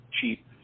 cheap